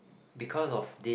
because of this